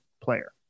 player